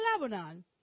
Lebanon